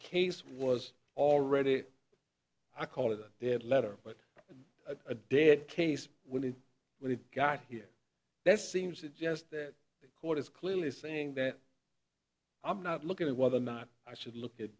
case was already i call it a letter but a dead case when we got here that seems it just the court is clearly saying that i'm not looking at whether or not i should look at